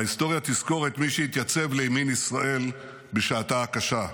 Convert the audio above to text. וההיסטוריה תזכור את מי שהתייצב לימין ישראל בשעתה הקשה.